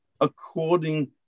according